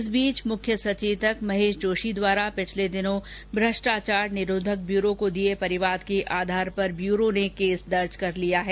इस बीच मुख्य सचेतक महेश जोशी द्वारा पिछले दिनों भ्रष्टाचार निरोधक ब्यूरो को दिए परिवाद के आधार पर ब्यूरो ने केस दर्ज कर लिया है